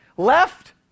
Left